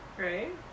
Right